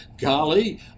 golly